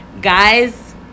guys